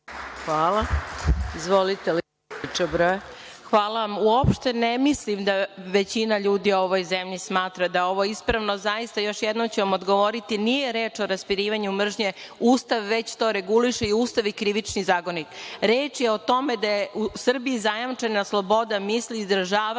Čabraja** Hvala. Uopšte ne mislim da većina ljudi u ovoj zemlji smatra da je ovo ispravno. Zaista, još jednom ću vam odgovoriti, nije reč o raspirivanju mržnje, Ustav već to reguliše, i Ustav i Krivični zakonik. Reč je o tome da je u Srbiji zajamčena sloboda misli i izražavanja